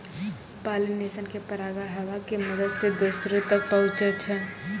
pollination मे परागकण हवा के मदत से दोसरो तक पहुचै छै